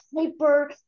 hyper